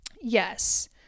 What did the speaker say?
yes